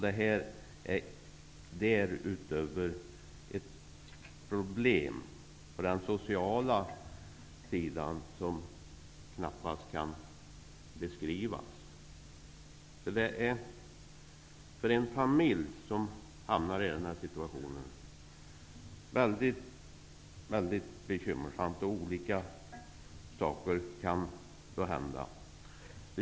Det här är ett socialt problem som knappast kan beskrivas. För en familj som hamnar i den här situationen är det mycket bekymmersamt, och olika saker kan hända.